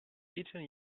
eaten